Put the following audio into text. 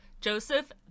Joseph